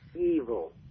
evil